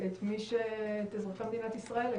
את אזרחי מדינת ישראל.